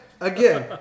Again